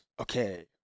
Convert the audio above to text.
Okay